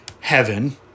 heaven